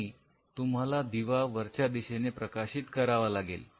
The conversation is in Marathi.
आणि तुम्हाला दिवा वरच्या दिशेने प्रकाशित करावा लागेल